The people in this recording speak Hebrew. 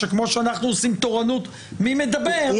שכמו שאנחנו עושים תורנות מי מדבר,